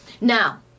now